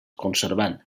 conservant